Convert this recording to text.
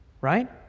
right